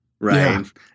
Right